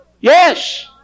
Yes